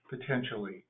potentially